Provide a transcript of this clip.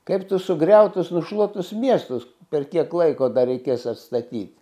kaip tu sugriautus nušluotus miestus per kiek laiko dar reikės atstatyti